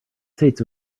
states